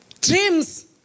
Dreams